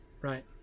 right